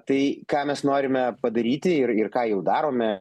tai ką mes norime padaryti ir ir ką jau darome